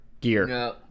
Gear